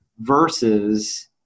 versus